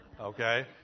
okay